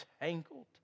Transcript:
tangled